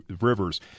rivers